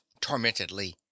tormentedly